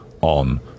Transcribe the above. on